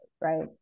right